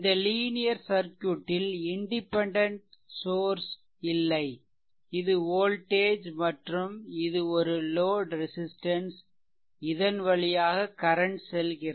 இந்த linear circuit ல் independent source இல்லை இது வோல்டேஜ் மற்றும் இது ஒரு லோட் ரெசிஸ்ட்டன்ஸ் இதன் வழியாக கரன்ட் செல்கிறது